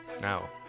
Now